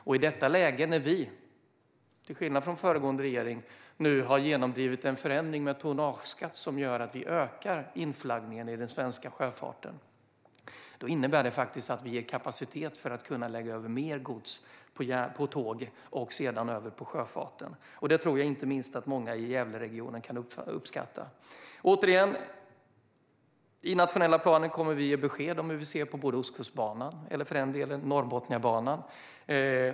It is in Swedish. I detta läge när vi, till skillnad från föregående regering, har genomdrivit en förändring när det gäller tonnageskatten, som gör att vi ökar inflaggningen i den svenska sjöfarten, innebär det faktiskt att vi ger kapacitet för att man ska kunna lägga över mer gods på tåg och sedan över till sjöfarten. Det tror jag att inte minst många i Gävleregionen kan uppskatta. I den nationella planen kommer vi att ge besked om hur vi ser på Ostkustbanan, eller för den delen Norrbotniabanan.